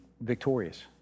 victorious